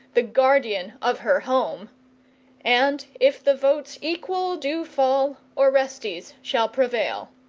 the guardian of her home and if the votes equal do fall, orestes shall prevail.